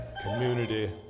Community